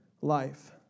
life